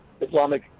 Islamic